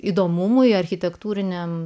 įdomumui architektūriniam